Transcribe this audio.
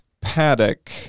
paddock